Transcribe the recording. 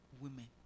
Women